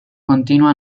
continua